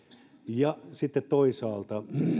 ja sitten toisaalta